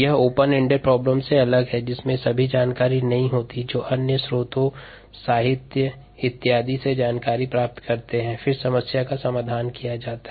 यह open ended समस्या से अलग है जिसमें सभी जानकारी नहीं होती है जो अन्य स्रोतों साहित्य आदि से जानकारी प्राप्त करते हैं और फिर समस्या का समाधान किया जाता हैं